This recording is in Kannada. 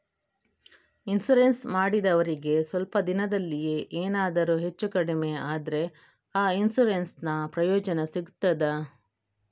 ಇನ್ಸೂರೆನ್ಸ್ ಮಾಡಿದವರಿಗೆ ಸ್ವಲ್ಪ ದಿನದಲ್ಲಿಯೇ ಎನಾದರೂ ಹೆಚ್ಚು ಕಡಿಮೆ ಆದ್ರೆ ಆ ಇನ್ಸೂರೆನ್ಸ್ ನ ಪ್ರಯೋಜನ ಸಿಗ್ತದ?